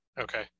Okay